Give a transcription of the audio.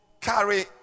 carry